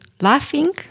laughing